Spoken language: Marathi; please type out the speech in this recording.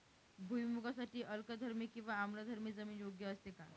भुईमूगासाठी अल्कधर्मी किंवा आम्लधर्मी जमीन योग्य असते का?